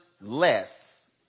less